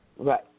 Right